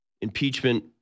Impeachment